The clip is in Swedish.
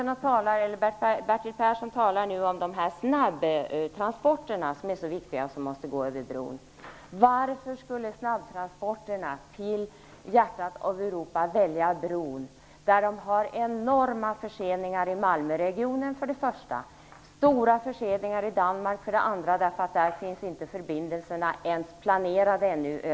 Bertil Persson talar om snabbtransporterna som är så viktiga och som måste gå över bron. Varför skulle man välja bron för snabbtransporterna till hjärtat av Europa? Det är enorma förseningar i Malmöregionen och stora förseningar i Danmark eftersom förbindelserna över Femer Bält inte ens är planerade ännu.